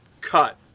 cut